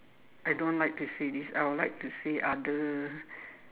I don't like to say this I will like to say other